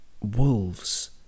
Wolves